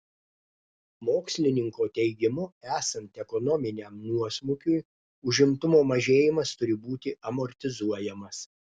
mokslininko teigimu esant ekonominiam nuosmukiui užimtumo mažėjimas turi būti amortizuojamas